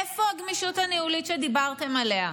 איפה הגמישות הניהולית שדיברתם עליה?